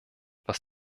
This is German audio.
was